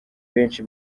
benshi